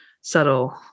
subtle